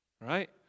right